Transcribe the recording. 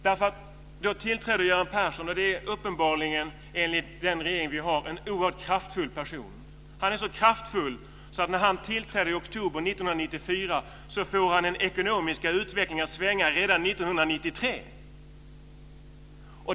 Göran Persson tillträdde hösten 1994. Enligt den regering vi har är han en oerhört kraftfull person. Han är så kraftfull att när han tillträdde i oktober 1994 så fick han den ekonomiska utvecklingen att svänga redan 1993.